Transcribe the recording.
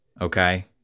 okay